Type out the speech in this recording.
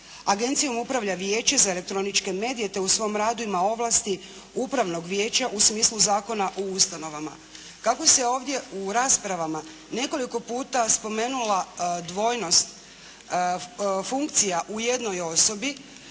Agencijom upravlja Vijeće za elektroničke medije, te u svom radu ima ovlasti upravnog vijeća u smislu Zakona o ustanovama. Kako se ovdje u raspravama nekoliko puta spomenula dvojnost funkcija u jednoj osobi